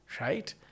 right